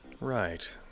Right